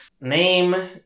name